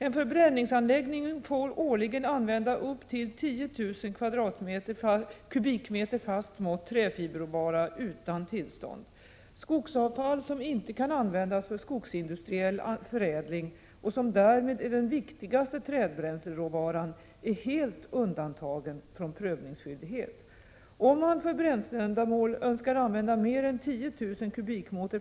En förbränningsanläggning får årligen använda upp till 10 000 m? fast mått träfiberråvara utan tillstånd. Skogsavfall som inte kan användas för skogsindustriell förädling, och som därmed är den viktigaste trädbränsleråvaran, är helt undantagen från prövningsskyldighet. Om man för bränsleändamål önskar använda mer än 10 000 m?